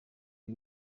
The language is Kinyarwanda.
ndi